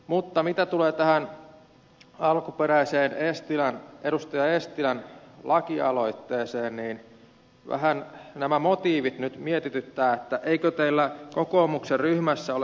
mutta mitä tulee alkuperäiseen edustaja eestilän lakialoitteeseen niin vähän nämä motiivit nyt mietityttävät että eikö teillä kokoomuksen ryhmässä ole käyty